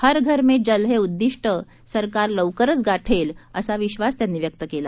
हर घर में जल हे उद्दिष्ट सरकार लवकरच गाठेल असा विब्रास त्यांनी व्यक्त केला